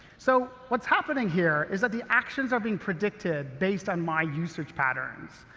so, what's happening here is that the actions are being predicted based on my usage patterns.